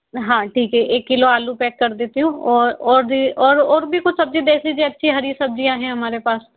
हाँ ठीक है एक किलो आलू पैक कर देती हूँ और और भी और भी कुछ सब्जी देख लीजिए हरी सब्जियाँ हैं हमारे पास